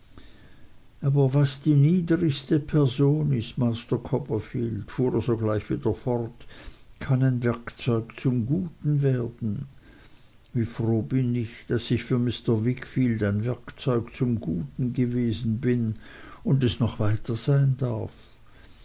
aber was die niedrigste person is master copperfield fuhr er sogleich wieder fort kann ein werkzeug zum guten werden wie froh bin ich daß ich für mr wickfield ein werkzeug zum guten gewesen bin und es noch weiter sein darf